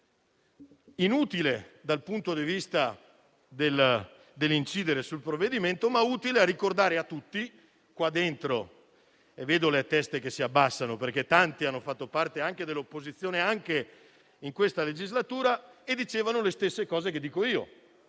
inutile dal punto di vista dell'incidenza sul provvedimento, ma utile a ricordare una cosa a tutti qua dentro. Vedo le teste che si abbassano perché tanti hanno fatto parte dell'opposizione anche in questa legislatura e dicevano le stesse cose che dico io.